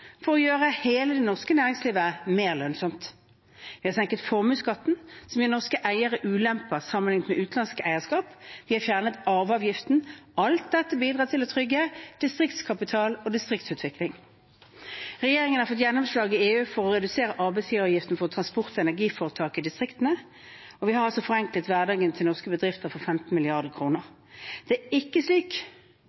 for å gjøre hele det norske næringslivet mer lønnsomt. Vi har senket formuesskatten, som gir norske eiere ulemper sammenlignet med utenlandske eierskap. Vi har fjernet arveavgiften. Alt dette bidrar til å trygge distriktskapital og distriktsutvikling. Regjeringen har fått gjennomslag i EU for redusere arbeidsgiveravgiften for transport- og energiforetak i distriktene, og vi har forenklet hverdagen til norske bedrifter for 15